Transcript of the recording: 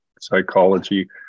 psychology